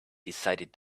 decided